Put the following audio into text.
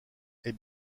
est